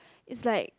is like